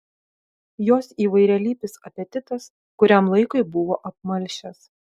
jos įvairialypis apetitas kuriam laikui buvo apmalšęs